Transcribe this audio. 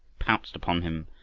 pounced upon him,